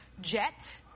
Jet